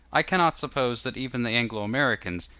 i cannot suppose that even the anglo-americans,